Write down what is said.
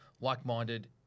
like-minded